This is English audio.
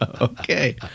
Okay